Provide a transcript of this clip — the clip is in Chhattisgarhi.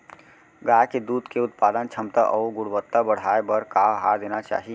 गाय के दूध के उत्पादन क्षमता अऊ गुणवत्ता बढ़ाये बर का आहार देना चाही?